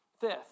Fifth